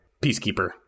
Peacekeeper